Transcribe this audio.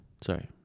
Sorry